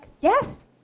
yes